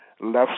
left